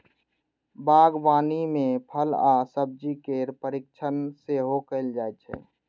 बागवानी मे फल आ सब्जी केर परीरक्षण सेहो कैल जाइ छै